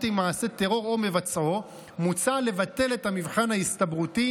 עם מעשה טרור או מבצעו מוצע לבטל את המבחן ההסתברותי,